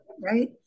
right